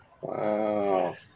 Wow